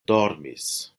dormis